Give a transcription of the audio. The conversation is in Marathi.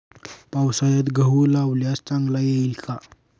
पावसाळ्यात गहू लावल्यास चांगला येईल का?